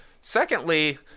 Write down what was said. Secondly